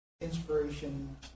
inspiration